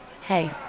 Hey